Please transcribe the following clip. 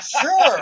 Sure